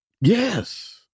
Yes